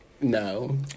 no